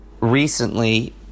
recently